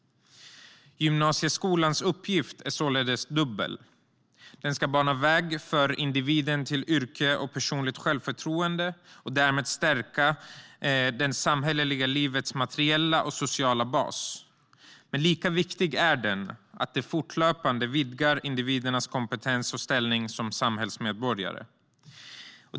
Gymnasieskolans uppgift är således dubbel. Den ska bana väg för individen till yrke och personligt självförtroende och därmed stärka det samhälleliga livets materiella och sociala bas. Men lika viktigt är att den fortlöpande vidgar individernas kompetens och ställning som samhällsmedborgare.